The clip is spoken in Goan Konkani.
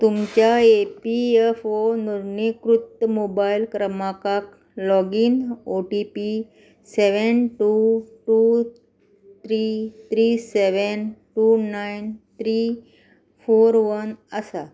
तुमच्या ई पी एफ ओ नोंदणीकृत मोबायल क्रमांकाक login O T P seven two two three three seven two nine three four one आसा